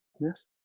Yes